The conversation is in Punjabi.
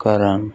ਕਰਨ